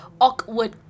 Awkward